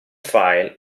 file